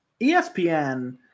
ESPN